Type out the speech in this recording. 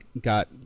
got